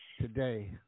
Today